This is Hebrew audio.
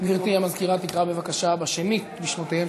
גברתי המזכירה תקרא בבקשה בשנית בשמותיהם